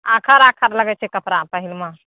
आखर आखर लगै छै कपड़ा पहिलमे